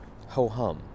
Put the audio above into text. ho-hum